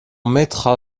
mettra